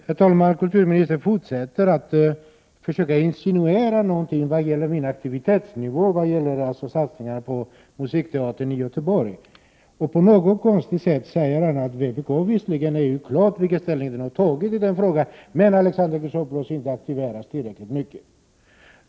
Herr talman! Kulturministern fortsätter att försöka insinuera någonting om min aktivitetsnivå när det gäller satsningen på musikteatern i Göteborg. På något konstigt sätt antyder han att vpk visserligen har tagit klar ställning, men att Alexander Chrisopoulos inte har aktiverat sig tillräckligt mycket.